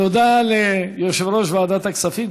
תודה ליושב-ראש ועדת הכספים.